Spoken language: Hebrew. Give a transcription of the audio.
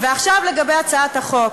עכשיו לגבי הצעת החוק.